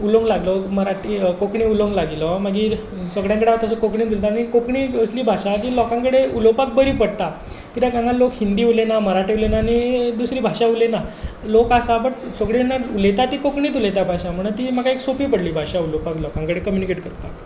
उलोवंक लागलो मराठी कोंकणी उलोवंक लागलो मागीर सगल्यां कडेन तसो हांव कोंकणीच उलयता कोंकणी ही एक असली भाशा आसा जी लोकां कडेन उलोवपाक बरी पडटा कित्याक हांगा लोक हिंदी उलयना मराठी उलयना आनी दुसरी भाशा उलयना लोक आसा बट सगली जाणां उलयता ती कोंकणीच उलयता भाशा म्हूण म्हाका ती सोंपी पडली भाशा उलोवपाक लोकां कडेन कम्युनिकेट करपाक